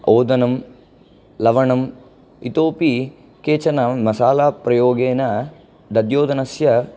ओदनं लवणम् इतोऽपि केचन मसाला प्रयोगेन दध्योदनस्य